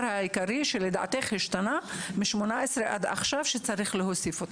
הדבר העיקרי שהשתנה מ-2018 ועד עכשיו שצריך להוסיף אותו?